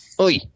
Oi